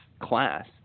class